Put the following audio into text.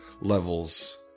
levels